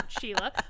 Sheila